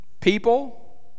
people